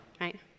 right